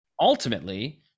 ultimately